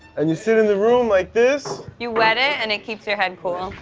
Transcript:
and you sit in the room like this. you wet it, and it keeps your head cool.